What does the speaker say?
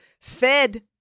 fed